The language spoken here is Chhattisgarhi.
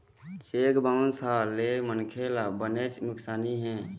चेक बाउंस होए ले मनखे ल बनेच नुकसानी हे